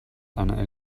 einer